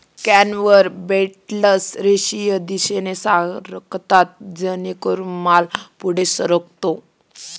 conveyor belts रेषीय दिशेने सरकतात जेणेकरून माल पुढे सरकतो